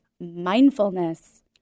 mindfulness